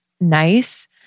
nice